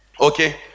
okay